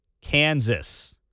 Kansas